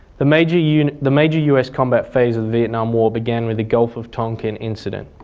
the major you know the major us combat phase of the vietnam war began with the gulf of tonkin incident